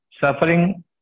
suffering